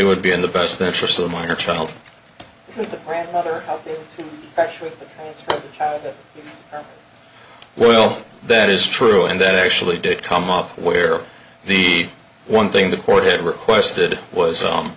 it would be in the best interest of the minor child well that is true and that actually did come up where the one thing the court had requested was